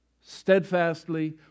steadfastly